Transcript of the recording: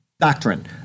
doctrine